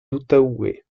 outaouais